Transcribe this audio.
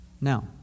Now